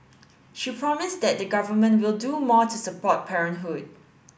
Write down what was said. she promised that the Government will do more to support parenthood